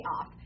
off